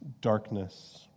darkness